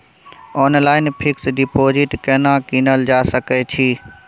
Online fixed deposit केना कीनल जा सकै छी?